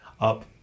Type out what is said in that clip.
up